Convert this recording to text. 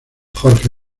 jorge